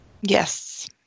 Yes